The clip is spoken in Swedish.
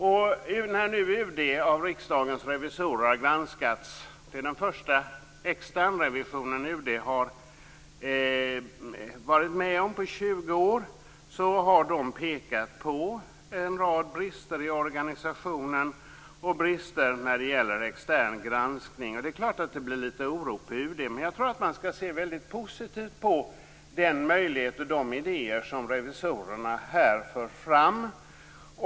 UD har nu granskats av Riksdagens revisorer - detta är den första externrevisionen som UD har varit med om på 20 år - och de har pekat på en del brister i organisationen och brister när det gäller extern granskning. Det är klart att det blir litet oro på UD, men jag tror att man skall se väldigt positivt på de möjligheter och de idéer som revisorerna här för fram.